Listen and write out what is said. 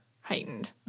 heightened